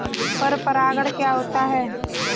पर परागण क्या होता है?